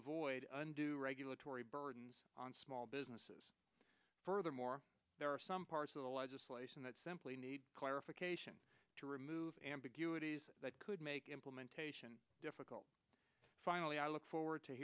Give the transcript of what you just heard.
avoid and do regulatory burdens on small businesses furthermore there are some parts of the legislation that simply need clarification to remove ambiguities that could make implementation difficult finally i look forward to